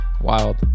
wild